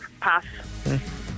Pass